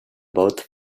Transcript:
both